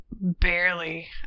Barely